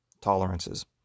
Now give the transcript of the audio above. tolerances